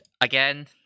again